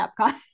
Epcot